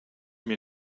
mir